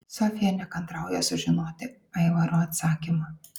sofija nekantrauja sužinoti aivaro atsakymą